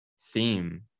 theme